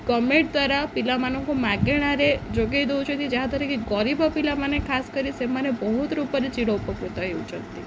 government ଦ୍ୱାରା ପିଲାମାନଙ୍କୁ ମାଗଣାରେ ଯୋଗେଇ ଦେଉଛନ୍ତି ଯାହା ଦ୍ୱାରାକିି ଗରିବ ପିଲାମାନେ ଖାସ୍ କରି ସେମାନେ ବହୁତ ରୂପରେ ଚିରୋପକୃତ ହେଉଛନ୍ତି